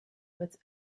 but